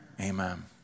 amen